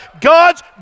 God's